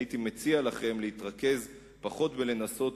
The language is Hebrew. הייתי מציע לכם להתרכז פחות בניסיון